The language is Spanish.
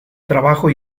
trabajo